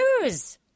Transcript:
news